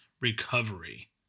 recovery